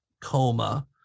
coma